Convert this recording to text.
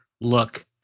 look